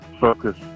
focus